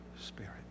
Spirit